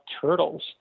turtles